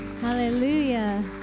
Hallelujah